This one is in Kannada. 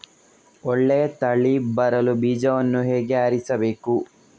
ಒಳ್ಳೆಯ ತಳಿ ಬರಲು ಬೀಜವನ್ನು ಹೇಗೆ ಆರಿಸಬೇಕು?